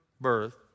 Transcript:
birth